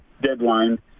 deadline